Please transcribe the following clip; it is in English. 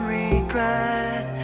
regret